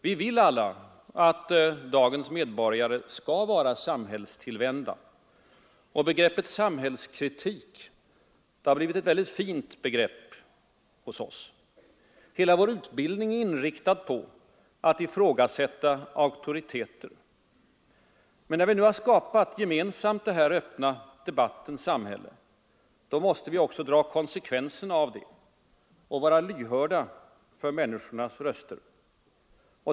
Vi vill alla att dagens medborgare skall vara samhällstillvända. Begreppet samhällskritik har blivit ett fint begrepp hos oss. Hela vår utbildning är inriktad på att ifrågasätta auktoriteter. Men när vi nu gemensamt har skapat detta den öppna debattens samhälle måste vi också dra konsekvenserna av det och vara lyhörda för människornas röster.